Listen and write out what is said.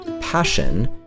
passion